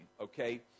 okay